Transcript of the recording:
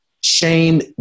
shame